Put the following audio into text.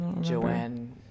Joanne